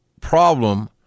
problem